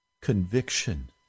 conviction